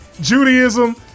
Judaism